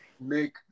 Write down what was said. make